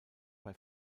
bei